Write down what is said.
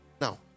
now